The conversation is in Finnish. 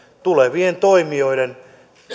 tulevien toimijoiden